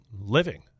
living